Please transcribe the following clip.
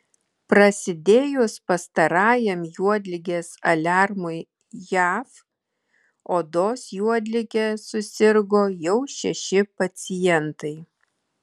prasidėjus pastarajam juodligės aliarmui jav odos juodlige susirgo jau šeši pacientai